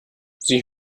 sie